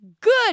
good